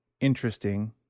interesting